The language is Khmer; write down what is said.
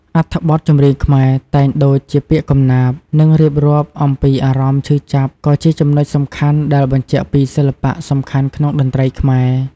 អត្ថបទចម្រៀងខ្មែរ តែងដូចជាពាក្យកំណាព្យ និងរៀបរាប់អំពីអារម្មណ៍ឈឺចាប់នេះក៏ជាចំណុចសំខាន់ដែលបញ្ជាក់ពីសិល្បៈសំខាន់ក្នុងតន្ត្រីខ្មែរ។